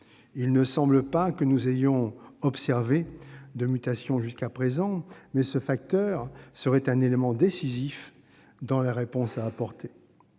Il ne semble pas que l'on ait observé de mutation jusqu'à présent, mais ce facteur serait un élément décisif dans la réponse à apporter.